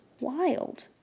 wild